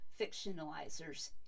fictionalizers